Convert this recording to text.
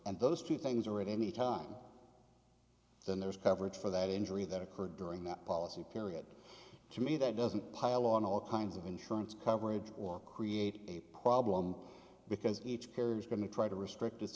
and those two things are at any time then there is coverage for that injury that occurred during that policy period to me that doesn't pile on all kinds of insurance coverage or create a problem because each carrier is going to try to restrict i